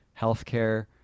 healthcare